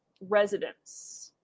residents